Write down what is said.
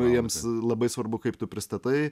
jiems labai svarbu kaip tu pristatai